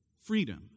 Freedom